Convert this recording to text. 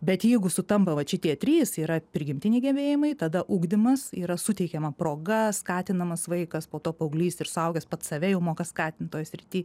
bet jeigu sutampa vat šitie trys yra prigimtiniai gebėjimai tada ugdymas yra suteikiama proga skatinamas vaikas po to paauglys ir suaugęs pats save jau moka skatint toj srity